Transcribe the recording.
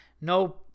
no